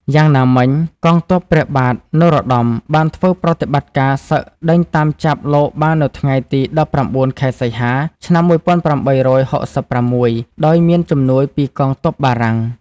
យ៉ាងណាមិញ កងទ័ពព្រះបាទនរោត្តមបានធ្វើប្រតិបត្តិការសឹកដេញតាមចាប់លោកបាននៅថ្ងៃទី ១៩ ខែសីហា ឆ្នាំ ១៨៦៦ំដោយមានជំនួយពីកងទ័ពបារាំង ។